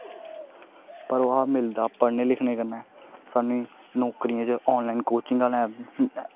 प्रभाव मिलदा पढ़ने लिखने कन्नै सानू नौकरी च आनलाइन कोचिंगां लै